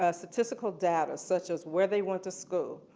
ah statistical data such as where they went to school,